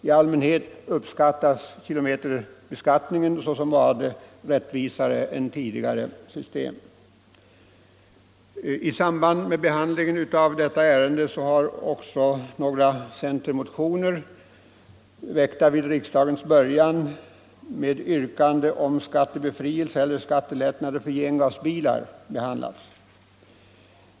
I allmänhet uppfattas kilometerbeskattningen såsom rättvisare än tidigare system. I samband med behandlingen av denna fråga har också några centerpartimotioner, väckta vid riksdagens början, med yrkande om skattebefrielse eller skattelättnader för gengasbilar behandlats.